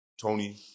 Tony